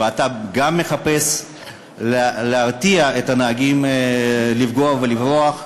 ואתה גם מחפש להרתיע את הנהגים מלפגוע ולברוח.